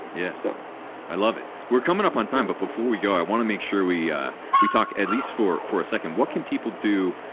yeah, so i love it. we're coming up on time, but before we go, i want to make sure we we talk at least for for a second. what can people do,